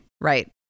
Right